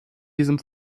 diesem